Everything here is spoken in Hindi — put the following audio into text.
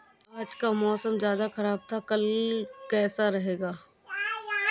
आज का मौसम ज्यादा ख़राब था कल का कैसा रहेगा?